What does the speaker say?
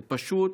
זה פשוט